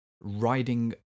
riding